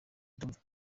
ndumva